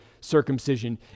circumcision